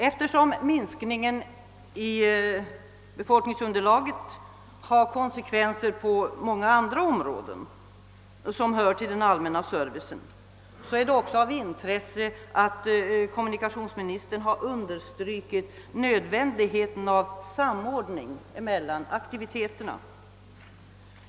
Eftersom minskningen i befolkningsunderlaget har konsekvenser på många andra områden som hör till den allmänna servicen, är det också av intresse att kommunikationsministern understrukit nödvändigheten av samordning mellan aktiviteterna.